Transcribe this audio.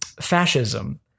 fascism